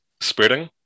spreading